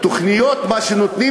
התוכניות שנותנים